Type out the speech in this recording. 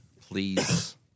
please